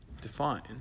define